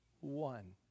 one